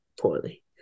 poorly